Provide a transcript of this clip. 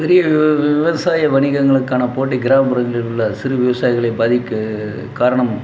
பெரிய விவசாய வணிகங்களுக்கான போட்டி கிராமப்புறங்களில் உள்ள சிறு விவசாயிகளையும் பாதிக்க காரணம்